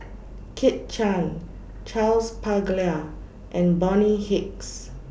Kit Chan Charles Paglar and Bonny Hicks